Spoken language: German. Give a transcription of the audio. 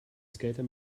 skater